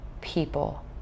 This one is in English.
people